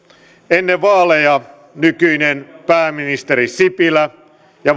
ennen vaaleja nykyinen pääministeri sipilä ja